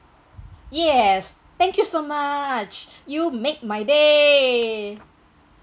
yes thank you so much you make my day